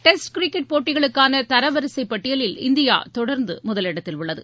test cricket போட்டிகளுக்கான தரவரிசை பட்டியலில் இந்தியா தொடர்ந்து முதல் இடத்தில் உள்ளது